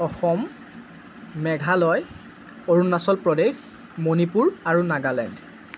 অসম মেঘালয় অৰুণাচল প্ৰদেশ মণিপুৰ আৰু নাগালেণ্ড